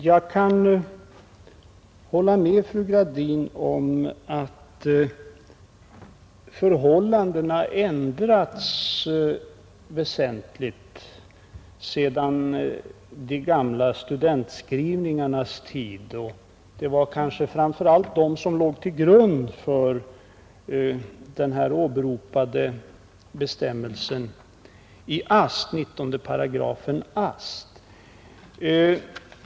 Jag kan hålla med fru Gradin om att förhållandena ändrats väsentligt sedan de gamla studentskrivningarnas tid — och det var kanske framför allt de som låg till grund för den åberopade bestämmel sen, 198 AST.